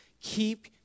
keep